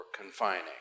confining